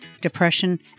depression